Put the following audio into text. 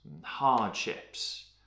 hardships